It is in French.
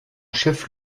chef